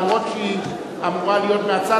אף שהיא אמורה להיות מהצד,